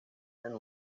and